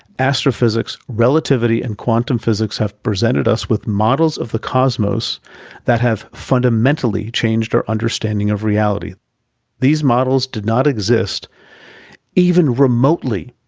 astrophysics, relativity, and quantum physics have presented us with models of the cosmos that have fundamentally changed our understanding of reality these models did not exist even remotely